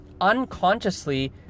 Unconsciously